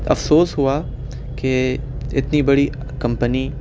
افسوس ہوا کہ اتنی بڑی کمپنی